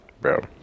bro